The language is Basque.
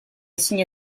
ezin